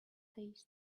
taste